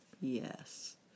yes